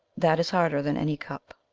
that is harder than any cup.